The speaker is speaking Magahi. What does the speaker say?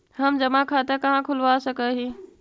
हम जमा खाता कहाँ खुलवा सक ही?